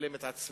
מדקלם את עצמי,